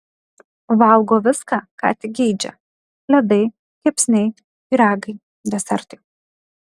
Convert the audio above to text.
valgo viską ką tik geidžia ledai kepsniai pyragai desertai